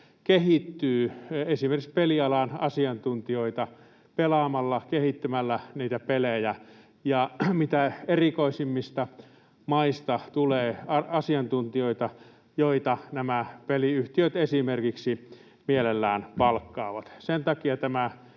kehittyy esimerkiksi pelialan asiantuntijoita pelaamalla, kehittämällä niitä pelejä. Mitä erikoisimmista maista tulee asiantuntijoita, joita esimerkiksi peliyhtiöt mielellään palkkaavat, ja sen takia tämä